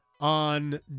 on